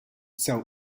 sell